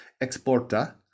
exporta